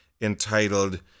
entitled